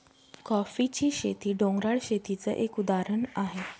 कॉफीची शेती, डोंगराळ शेतीच एक उदाहरण आहे